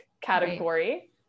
category